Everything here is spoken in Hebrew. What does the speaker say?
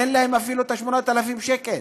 אין להם אפילו את 8,000 השקלים.